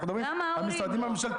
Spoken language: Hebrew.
אנחנו מדברים על המשרדים הממשלתיים.